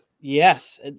Yes